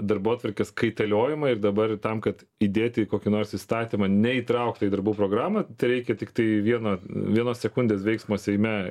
darbotvarkės kaitaliojimą ir dabar tam kad įdėti į kokį nors įstatymą neįtrauktą į darbų programą tereikia tiktai vieno vienos sekundės veiksmo seime